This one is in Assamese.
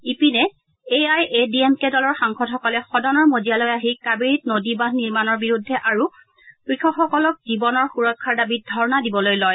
ইপিনে A I A D M K দলৰ সাংসদ সকলে সদনৰ মজিয়ালৈ আহি কাবেৰীত নদী বাদ্ধ নিৰ্মাণৰ বিৰুদ্ধে আৰু কৃষকসকলক জীৱন সুৰক্ষাৰ দাবীত ধৰ্ণা দিবলৈ লয়